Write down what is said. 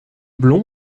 blond